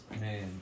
Man